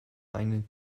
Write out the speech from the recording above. einen